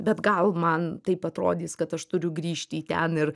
bet gal man taip atrodys kad aš turiu grįžti į ten ir